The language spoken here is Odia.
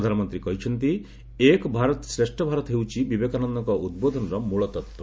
ପ୍ରଧାନମନ୍ତ୍ରୀ କହିଛନ୍ତି 'ଏକ ଭାରତ୍ ଶ୍ରେଷ୍ଠ ଭାରତ୍' ହେଉଛି ବିବେକାନନ୍ଦଙ୍କ ଉଦ୍ବୋଧନର ମୂଳ ତତ୍ତ୍ୱ